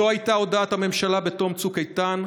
זו הייתה הודעת הממשלה בתום צוק איתן.